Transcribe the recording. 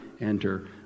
enter